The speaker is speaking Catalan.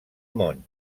món